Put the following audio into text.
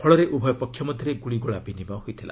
ଫଳରେ ଉଭୟ ପକ୍ଷ ମଧ୍ୟରେ ଗୁଳିଗୋଳା ବିନିମୟ ହୋଇଥିଲା